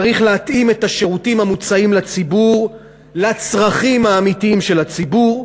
צריך להתאים את השירותים המוצעים לציבור לצרכים האמיתיים של הציבור.